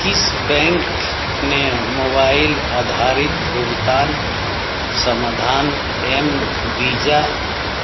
किस बैंक ने मोबाइल आधारित भुगतान समाधान एम वीज़ा